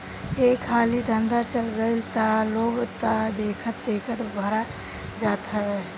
एक हाली धंधा चल गईल तअ लोन तअ देखते देखत भरा जात हवे